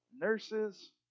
nurses